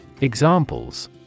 Examples